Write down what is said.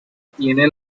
tiene